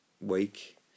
week